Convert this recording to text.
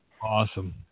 Awesome